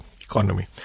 economy